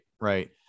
Right